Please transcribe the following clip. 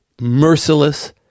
merciless